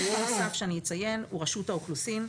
הגוף הנוסף שאציין הוא רשות האוכלוסין.